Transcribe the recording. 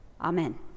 Amen